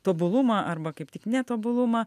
tobulumą arba kaip tik netobulumą